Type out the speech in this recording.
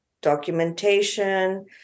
documentation